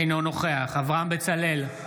אינו נוכח אברהם בצלאל,